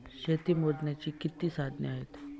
शेती मोजण्याची किती साधने आहेत?